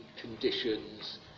conditions